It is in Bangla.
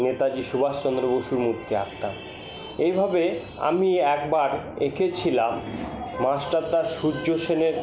নেতাজী সুভাষচন্দ্র বসুর মূর্তি আঁকতাম এইভাবে আমি একবার এঁকেছিলাম মাস্টারদা সূর্য সেনের